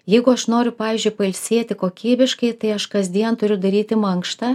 jeigu aš noriu pavyzdžiui pailsėti kokybiškai tai aš kasdien turiu daryti mankštą